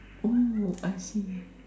oh I see